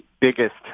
biggest